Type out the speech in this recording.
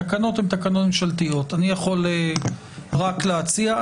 התקנות הן תקנות ממשלתיות, אני יכול רק להציע.